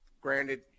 granted